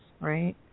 right